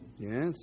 Yes